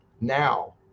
now